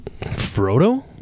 Frodo